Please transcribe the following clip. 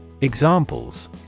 Examples